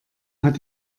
hat